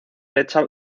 hecha